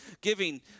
giving